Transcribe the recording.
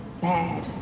bad